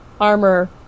armor